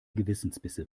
gewissensbisse